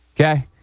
Okay